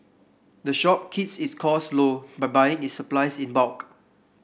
the shop keeps its cost low by buying its supplies in bulk